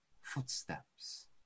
footsteps